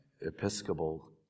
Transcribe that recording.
Episcopal